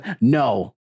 No